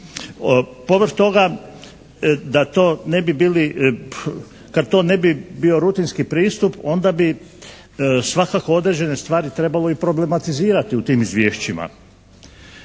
ne bi bili, kad to ne bi bio rutinski pristup onda bi svakako određene stvari trebalo i problematizirati u tim izvješćima.